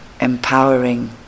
empowering